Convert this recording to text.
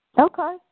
Okay